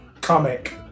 Comic